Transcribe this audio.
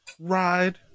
ride